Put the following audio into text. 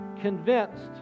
convinced